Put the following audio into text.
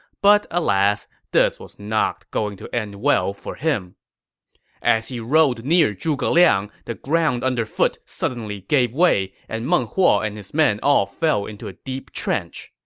but alas, this was not going to end well for him as he rode near zhuge liang, the ground under foot suddenly gave way, and meng huo and his men all fell into a deep trench.